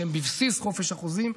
שהם בבסיס חופש החוזים,